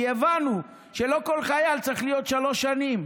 כי הבנו שלא כל חייל צריך להיות שלוש שנים.